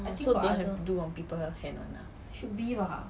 so they have to do on people hand [one] ah